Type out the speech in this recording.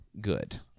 good